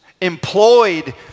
employed